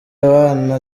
abana